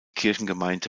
kirchengemeinde